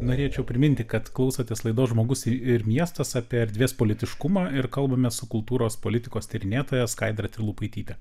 norėčiau priminti kad klausotės laidos žmogus ir miestas apie erdvės politiškumą ir kalbame su kultūros politikos tyrinėtoja skaidra trilupaityte